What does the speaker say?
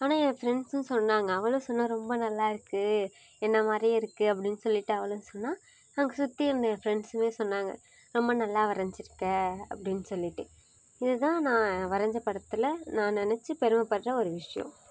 ஆனால் என் ஃபிரெண்ட்ஸு சொன்னாங்க அவளும் சொன்னாள் ரொம்ப நல்லா இருக்குது என்னை மாதிரியே இருக்குது அப்படின்னு சொல்லிட்டு அவளும் சொன்னாள் அங்கே சுற்றி இருந்த எங்கள் ஃபிரெண்ட்ஸும் சொன்னாங்க ரொம்ப நல்லா வரைஞ்சிருக்க அப்படின்னு சொல்லிட்டு இதுதான் நான் வரைஞ்ச படத்தில் நான் நினச்சி பெருமைப்பட்ற ஒரு விஷயம்